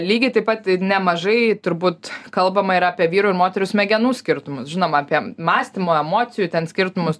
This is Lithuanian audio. lygiai taip pat nemažai turbūt kalbama ir apie vyrų ir moterų smegenų skirtumus žinoma apie mąstymo emocijų ten skirtumus